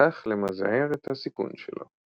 ובכך למזער את הסיכון שלו.